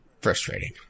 frustrating